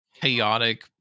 chaotic